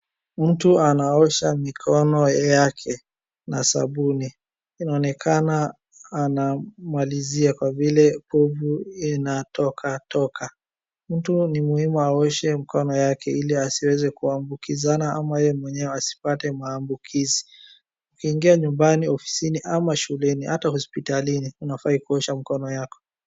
Mtu anaosha mikono yake na sabuni, inaonekana anamalizia kwa vile povu inatokatoka, mtu ni muhimu aoshe mikono yake ili asiweze kuambukizana ama yeye mwenyewe asipate maambukizi. Ukiingia nyumbani, ofisini, ama shuleni, hata hospitalini unafaa kuosha mikono yako.